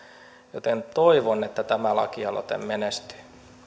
joten toivon että tämä lakialoite menestyy